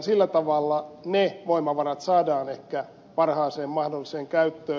sillä tavalla ne voimavarat saadaan ehkä parhaaseen mahdolliseen käyttöön